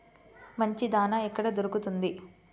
మంచి దాణా ఎక్కడ దొరుకుతుంది?